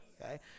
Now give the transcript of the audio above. okay